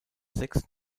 sechs